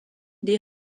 des